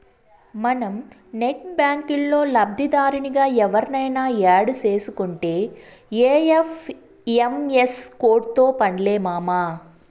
మనం నెట్ బ్యాంకిల్లో లబ్దిదారునిగా ఎవుర్నయిన యాడ్ సేసుకుంటే ఐ.ఎఫ్.ఎం.ఎస్ కోడ్తో పన్లే మామా